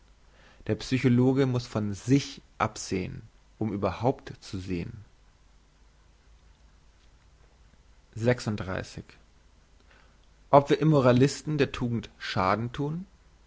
der psychologe muss von sich absehn um überhaupt zu sehn ob wir immoralisten der tugend schaden thun